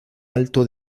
alto